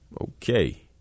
okay